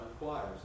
requires